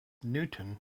newton